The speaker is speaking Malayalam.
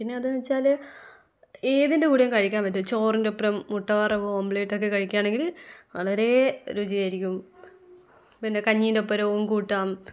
പിന്നെ അതെന്ന് വെച്ചാൽ ഏതിൻ്റെ കൂടെയും കഴിക്കാൻ പറ്റും ചോറിന്റൊപ്പരം മുട്ടവറവ് ഓംലെറ്റ് ഒക്കെ കഴിക്കുകയാണെങ്കിൽ വളരേ രുചി ആയിരിക്കും പിന്നെ കഞ്ഞീന്റൊപ്പരവും കൂട്ടാം